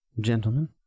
gentlemen